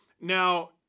Now